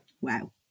Wow